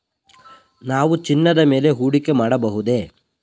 ನಾವು ಚಿನ್ನದ ಮೇಲೆ ಹೂಡಿಕೆ ಮಾಡಬಹುದೇ?